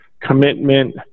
commitment